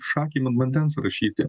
šakėm ant vandens rašyti